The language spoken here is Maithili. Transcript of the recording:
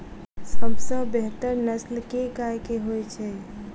सबसँ बेहतर नस्ल केँ गाय केँ होइ छै?